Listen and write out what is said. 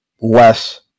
less